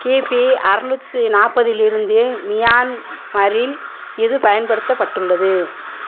கிபி அறுநூத்தி நாற்பதிலிருந்து மியான்மரில் இது பயன்படுத்தப்பட்டுள்ளது